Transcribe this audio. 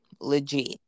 legit